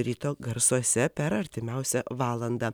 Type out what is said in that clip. ryto garsuose per artimiausią valandą